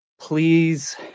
Please